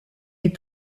des